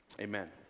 amen